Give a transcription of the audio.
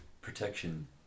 protection